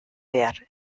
behar